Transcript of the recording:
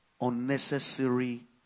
unnecessary